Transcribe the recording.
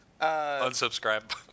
Unsubscribe